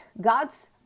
God's